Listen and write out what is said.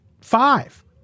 five